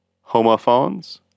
homophones